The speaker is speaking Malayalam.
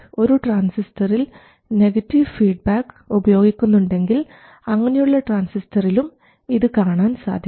ഒരു ട്രാൻസിസ്റ്ററിൽ നെഗറ്റീവ് ഫീഡ്ബാക്ക് ഉപയോഗിക്കുന്നുണ്ടെങ്കിൽ അങ്ങനെയുള്ള ട്രാൻസിസ്റ്ററിലും ഇതു കാണാൻ സാധിക്കും